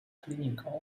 kliniką